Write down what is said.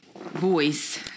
voice